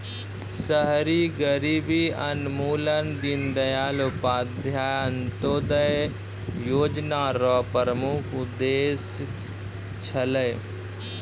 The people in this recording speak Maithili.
शहरी गरीबी उन्मूलन दीनदयाल उपाध्याय अन्त्योदय योजना र प्रमुख उद्देश्य छलै